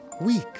weak